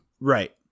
Right